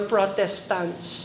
Protestants